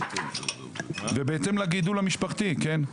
ובהתאם לגידול המשפחתי, כן?